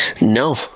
No